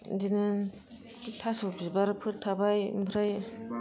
बिदिनो थास' बिबारफोर थाबाय ओमफ्राय